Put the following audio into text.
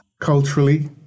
culturally